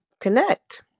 connect